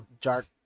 dark